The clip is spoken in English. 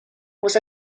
was